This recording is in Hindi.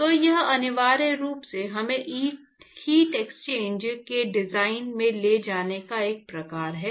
तो यह अनिवार्य रूप से हमें हीट एक्सचेंजर के डिजाइन में ले जाने का एक प्रकार है